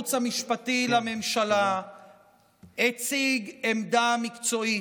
הייעוץ המשפטי לממשלה הציג עמדה מקצועית.